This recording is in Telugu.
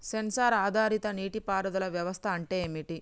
సెన్సార్ ఆధారిత నీటి పారుదల వ్యవస్థ అంటే ఏమిటి?